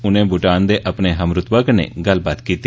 उनें भूटान दे अपने हमरुतबा कन्नै गल्लबात कीती